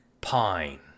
pine